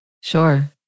Sure